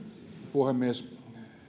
puhemies